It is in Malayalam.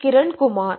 കിരൺ കുമാർ S